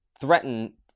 threaten